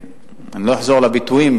אני לא אחזור על הביטויים.